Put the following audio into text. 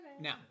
now